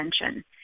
attention